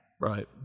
Right